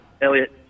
Elliot